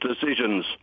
decisions